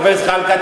חבר הכנסת זחאלקה,